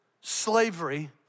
slavery